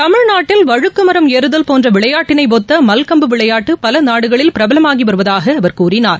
தமிழ்நாட்டில் வழுக்கு மரம் ஏறுதல் போன்ற விளையாட்டினை ஒத்த மல்கம்பு விளையாட்டு பல நாடுகளில் பிரபலம் ஆகி வருவதாக அவர் கூறினார்